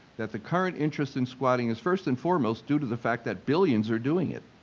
that the current interest in squatting is first and foremost due to the fact that billions are doing it.